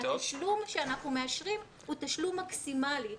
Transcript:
התשלום שאנחנו מאשרים הוא תשלום מקסימלי.